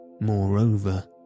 Moreover